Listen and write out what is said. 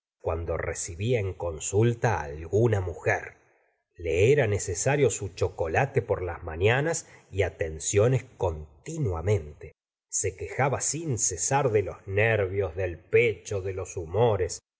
cuando recibía en consulta alguna mujer le era necesario su chocolate por las mananas y atenciones continuamente se quejaba sin cesar de los nervios del pecho de los humores